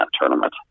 tournament